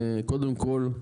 קודם כל,